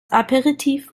aperitif